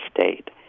state